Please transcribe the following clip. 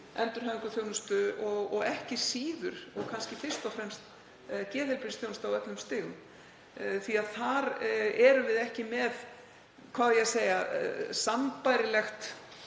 endurhæfingarþjónustu og ekki síður og kannski fyrst og fremst geðheilbrigðisþjónustu á öllum stigum því að þar erum við ekki með sambærilegt